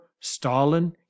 Stalin